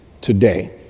today